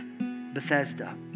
Bethesda